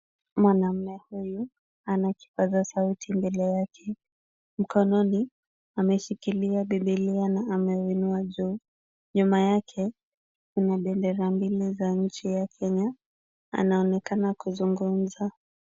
Mwanaume huyu ana kipaza sauti mbele yake. Mkononi, ameshikilia Bibilia na ameinua juu. Nyuma yake kuna bendera mbili za nchi ya Kenya. Anaonekana kuzungumza.